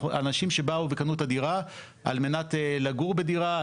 אנשים שבאו וקנו את הדירה על מנת לגור בדירה,